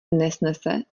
nesnese